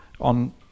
on